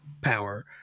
power